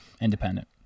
independent